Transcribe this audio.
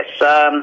Yes